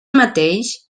mateix